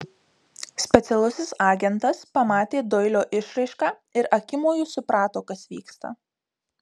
specialusis agentas pamatė doilio išraišką ir akimoju suprato kas vyksta